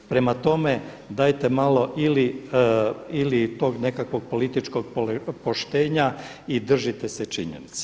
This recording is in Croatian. Prema tome, dajte malo ili tog nekakvog političkog poštenja i držite se činjenica.